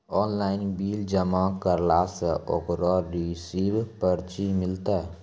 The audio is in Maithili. ऑनलाइन बिल जमा करला से ओकरौ रिसीव पर्ची मिलतै?